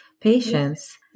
patients